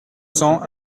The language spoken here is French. cents